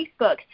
Facebook